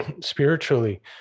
spiritually